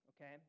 okay